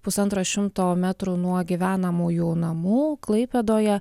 pusantro šimto metrų nuo gyvenamųjų namų klaipėdoje